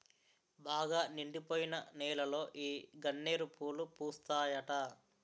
బాగా నిండిపోయిన నేలలో ఈ గన్నేరు పూలు పూస్తాయట